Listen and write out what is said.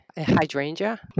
hydrangea